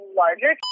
larger